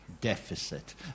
deficit